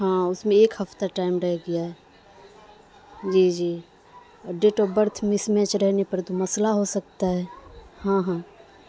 ہاں اس میں ایک ہفتہ ٹائم رہ گیا ہے جی جی اور ڈیٹ آف برتھ مسمیچ رہنے پر تو مسئلہ ہو سکتا ہے ہاں ہاں